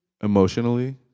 Emotionally